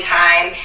time